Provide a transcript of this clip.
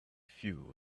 few